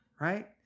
right